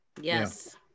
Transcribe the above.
Yes